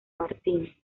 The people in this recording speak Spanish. martínez